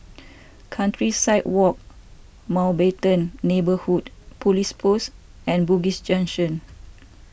Countryside Walk Mountbatten Neighbourhood Police Post and Bugis Junction